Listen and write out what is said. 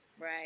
Right